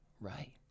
right